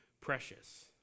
precious